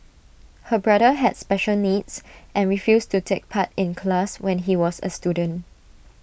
her brother had special needs and refused to take part in class when he was A student